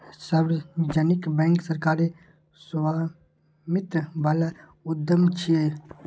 सार्वजनिक बैंक सरकारी स्वामित्व बला उद्यम छियै